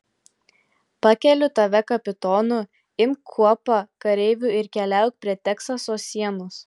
pakeliu tave kapitonu imk kuopą kareivių ir keliauk prie teksaso sienos